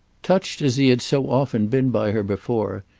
touched as he had so often been by her before,